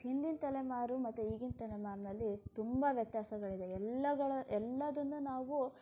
ಹಿಂದಿನ ತಲೆಮಾರು ಮತ್ತು ಈಗಿನ ತಲೆಮಾರಿನಲ್ಲಿ ತುಂಬ ವ್ಯತ್ಯಾಸಗಳಿದೆ ಎಲ್ಲಗಳ ಎಲ್ಲವನ್ನೂ ನಾವು